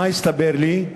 מָה הסתבר לי?